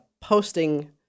posting